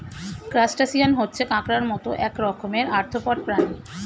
crustacean হচ্ছে কাঁকড়ার মত এক রকমের আর্থ্রোপড প্রাণী